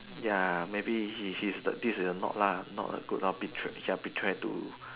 ya maybe he he's not a lah not a good lor ya betray betray to